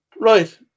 Right